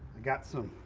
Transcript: got some.